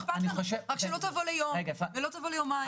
רק שלא תבוא ליום או יומיים ותעזוב.